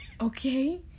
Okay